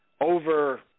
over